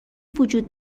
وجود